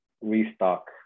restock